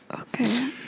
Okay